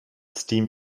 steam